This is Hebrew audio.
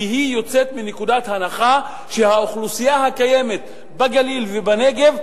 כי היא יוצאת מנקודת הנחה שהאוכלוסייה הקיימת בגליל ובנגב,